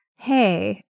Hey